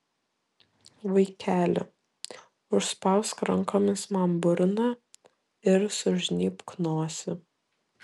vaikeli užspausk rankomis man burną ir sužnybk nosį